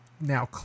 now